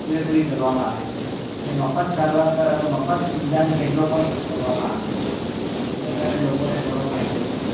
પૂરેપૂરી કરવામાં આવે છે અને મફત સારવાર મફત નિદાન કેન્દ્રો પણ કરવામાં આવે છે એને કારણે લોકોને ઘણો ફાયદો થાય છે